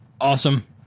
Awesome